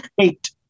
Eight